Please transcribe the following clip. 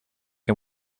him